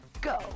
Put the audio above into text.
Go